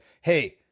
hey